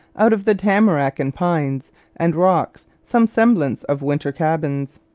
out of the tamarac and pines and rocks, some semblance of winter cabins.